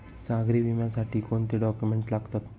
सागरी विम्यासाठी कोणते डॉक्युमेंट्स लागतात?